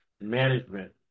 management